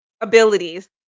abilities